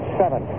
seven